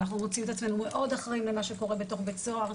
אנחנו מוצאים את עצמנו מאוד אחראיים למה שקורה בתוך בית הסוהר.